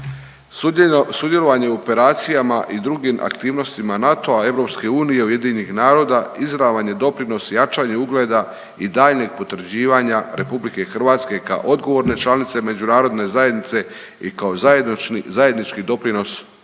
Sudjelovanje u operacijama i drugim aktivnostima NATO-a, EU, UN-a, izravan je doprinos jačanju ugleda i daljnjeg utvrđivanja RH kao odgovorne članice međunarodne zajednice i kao zajednički doprinos miru,